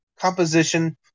composition